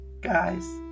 guys